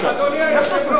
אדוני היושב-ראש,